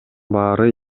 баары